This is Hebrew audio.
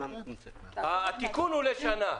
התיקון הוא לשנה.